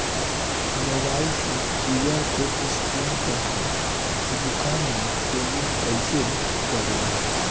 Mobile से QR code scan कर के दुकान मे पेमेंट कईसे करेम?